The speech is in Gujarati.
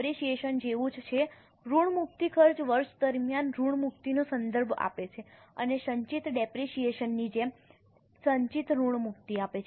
આ ડેપરેશીયેશન જેવું જ છે ઋણમુક્તિ ખર્ચ વર્ષ દરમિયાન ઋણમુક્તિનો સંદર્ભ આપે છે અને સંચિત ડેપરેશીયેશન ની જેમ જ સંચિત ઋણમુક્તિ છે